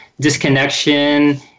disconnection